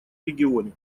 регионе